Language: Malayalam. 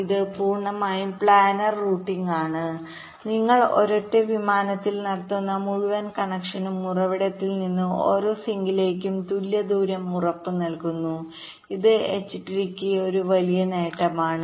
ഇത് പൂർണ്ണമായും പ്ലാനർ റൂട്ടിംഗ്ആണ് നിങ്ങൾ ഒരൊറ്റ വിമാനത്തിൽ നടത്തുന്ന മുഴുവൻ കണക്ഷനും ഉറവിടത്തിൽ നിന്ന് ഓരോ സിങ്കിലേക്കും തുല്യ ദൂരം ഉറപ്പുനൽകുന്നു ഇത് എച്ച് ട്രീയ്ക്ക് ഒരു വലിയ നേട്ടമാണ്